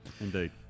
Indeed